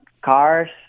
cars